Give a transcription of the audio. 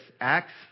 Acts